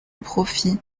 profit